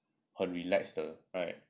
很 relax 的 right